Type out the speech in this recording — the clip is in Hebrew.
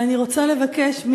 ואני רוצה לבקש מאתנו,